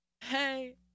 Hey